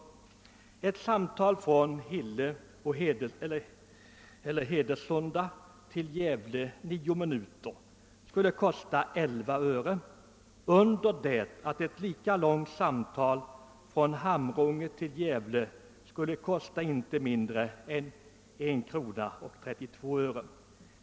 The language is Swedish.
Ett nio minuter långt samtal från Hille eller Hedesunda till Gävle skulle kosta 11 öre under det att ett lika långt samtal från Hamrånge till Gävle skulle kosta inte mindre än 1:32 kr.